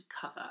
cover